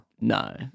No